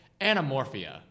Anamorphia